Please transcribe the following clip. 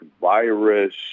virus